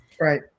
Right